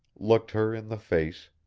looked her in the face,